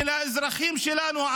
של האזרחים שלנו,